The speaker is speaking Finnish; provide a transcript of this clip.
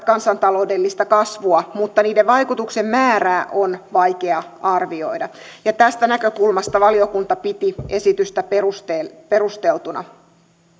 kansantaloudellista kasvua mutta niiden vaikutuksen määrää on vaikea arvioida ja tästä näkökulmasta valiokunta piti esitystä perusteltuna